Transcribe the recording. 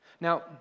Now